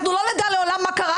אנחנו לא נדע לעולם מה קרה,